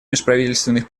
межправительственных